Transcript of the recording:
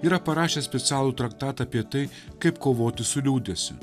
yra parašęs specialų traktatą apie tai kaip kovoti su liūdesiu